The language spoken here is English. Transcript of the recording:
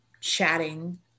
chatting